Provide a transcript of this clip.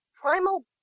primal